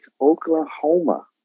Oklahoma